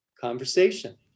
conversation